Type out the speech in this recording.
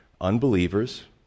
unbelievers